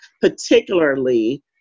particularly